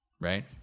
Right